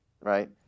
right